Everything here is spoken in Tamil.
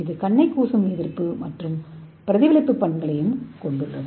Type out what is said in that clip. இது கண்ணை கூசும் எதிர்ப்பு மற்றும் பிரதிபலிப்பு பண்புகளையும் கொண்டுள்ளது